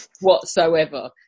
whatsoever